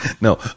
No